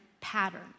pattern